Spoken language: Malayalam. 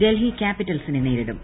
ഡൽഹി ക്യാപിറ്റൽസിനെ നേരിടും